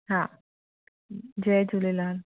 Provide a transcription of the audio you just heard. हा जय झूलेलाल